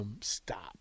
stop